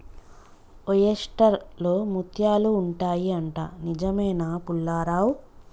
oyster లో ముత్యాలు ఉంటాయి అంట, నిజమేనా పుల్లారావ్